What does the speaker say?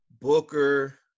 Booker